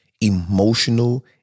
emotional